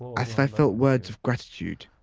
as if i felt words of gratitude.